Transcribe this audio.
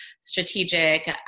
strategic